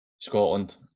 Scotland